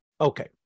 Okay